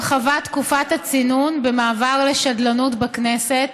הרחבת תקופת הצינון במעבר לשדלנות בכנסת),